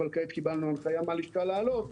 אבל כעת קיבלנו הנחיה מהלשכה לעלות.